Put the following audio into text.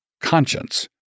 conscience